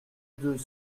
deux